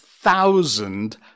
thousand